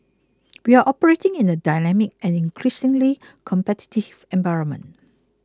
we are operating in a dynamic and increasingly competitive environment